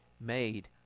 made